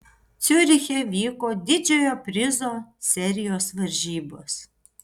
ciuriche vyko didžiojo prizo serijos varžybos